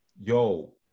yo